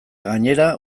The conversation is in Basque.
gainera